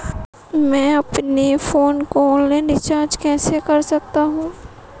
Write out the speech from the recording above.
मैं अपने फोन को ऑनलाइन रीचार्ज कैसे कर सकता हूं?